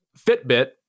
fitbit